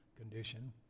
condition